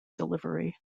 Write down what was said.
delivery